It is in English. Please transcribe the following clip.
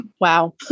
Wow